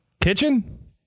kitchen